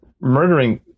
murdering